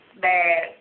bad